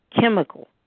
chemical